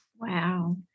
Wow